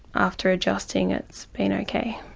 after adjusting, it's been okay.